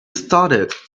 started